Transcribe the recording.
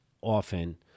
often